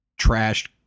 trashed